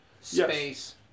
space